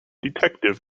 detective